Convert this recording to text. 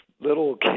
little